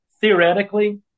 Theoretically